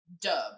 dub